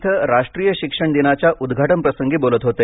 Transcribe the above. इथं राष्ट्रीय शिक्षण दिनाच्या उद्घाटनप्रसंगी बोलत होते